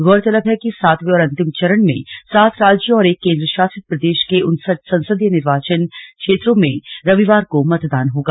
गौरतलब है कि सातवें और अंतिम चरण में सात राज्यों और एक केन्द्र शासित प्रदेश के उनसठ संसदीय निर्वाचन क्षेत्रों में रविवार को मतदान होगा